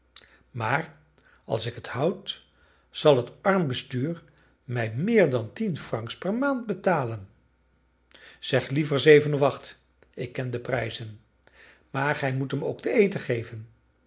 maar als ik het houd zal het armbestuur mij meer dan tien francs per maand betalen zeg liever zeven of acht ik ken de prijzen maar gij moet hem ook te eten geven